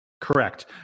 Correct